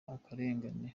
akarengane